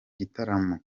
gitaramo